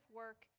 work